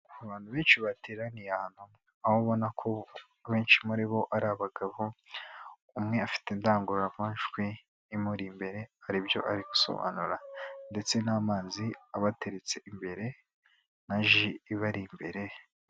Abantu benshi bateraniye ahantu hamwe, aho ubona ko abenshi muri bo ari abagabo, umwe afite indangururamajwi imuri imbere hari ibyo ari gusobanura ndetse n'amazi abateretse imbere na ji ibari imbere.